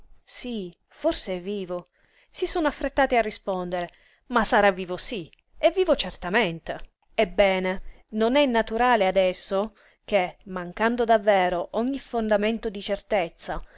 sí forse è vivo si sono affrettati a rispondere ma sarà vivo sí è vivo certamente ebbene non è naturale adesso che mancando davvero ogni fondamento di certezza